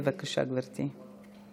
בבקשה גברתי.